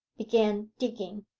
began digging.